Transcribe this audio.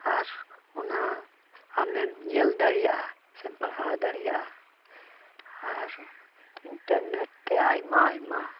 ᱟᱨ ᱚᱱᱟ ᱟᱢᱮᱢ ᱧᱮᱞ ᱫᱟᱲᱮᱭᱟᱜᱼᱟ ᱥᱮᱢ ᱯᱟᱲᱦᱟᱣ ᱫᱟᱲᱮᱭᱟᱜᱼᱟ ᱟᱨ ᱤᱱᱴᱟᱨᱱᱮᱴ ᱛᱮ ᱟᱭᱢᱟ ᱟᱭᱢᱟ